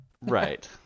Right